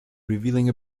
revealing